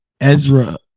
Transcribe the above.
Ezra